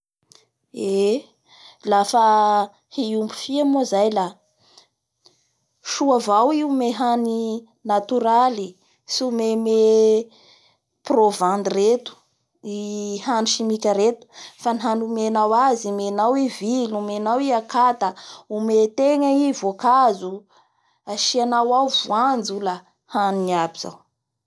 Eeee lafa hiompy fia moa zay la soa avao i ome hany natoraly, tsy omeme provandy reto i hany simika reto fa ny hany omenao azy; omenao i vilo, omenao i akata, omeyegna i voankazo, asianao ao voanjo la haniny aby zao.